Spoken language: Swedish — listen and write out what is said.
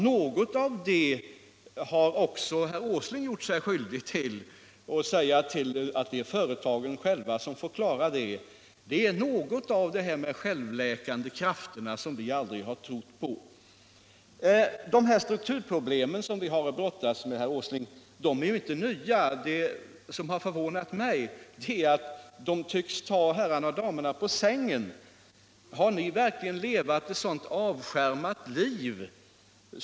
Något av det har också herr Åsling gjort sig skyldig till när han i svaret säger att det är företagen själva som får klara strukturomvandlingen. Det är något av talet om de självläkande krafterna, som vi aldrig har trott på. De strukturproblem som vi har att brottas med i vårt land, herr Åsling, är ju inte nya. Det som har förvånat mig är att de tycks ta herrarna och damerna på sängen. Har ni verkligen levt ett så avskärmat liv?